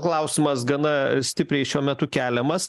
klausimas gana stipriai šiuo metu keliamas